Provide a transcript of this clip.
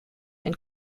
and